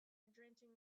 drenching